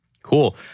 Cool